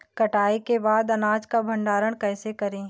कटाई के बाद अनाज का भंडारण कैसे करें?